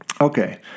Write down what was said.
Okay